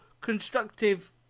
constructive